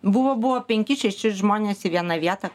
buvo buvo penki šeši žmonės į vieną vietą